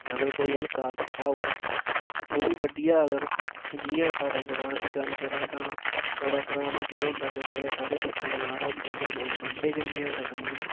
की अगर कोई हलका कुत्ता होऐ ओह् बी बड्ढी जा अगर जि'यां साढ़े ग्रांऽ दी गल्ल करांऽ तां साढ़े ग्रांऽ बिच केह् होंदा कि बड़े सारे कुत्ते आवारा होंदे उ'नें ई लोक बन्नदे गै निं हैन संगलु कन्नै